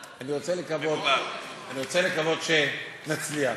התרבותיים, החברתיים,